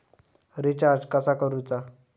Recharge कसा करूचा?